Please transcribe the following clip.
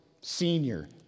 senior